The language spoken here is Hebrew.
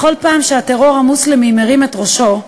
בכל פעם שהטרור המוסלמי מרים את ראשו,